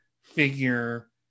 figure